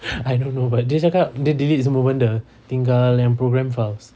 I don't know but dia cakap dia delete semua benda tinggal yang programme files